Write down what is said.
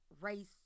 race